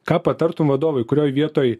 ką patartum vadovui kurioj vietoj